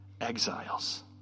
exiles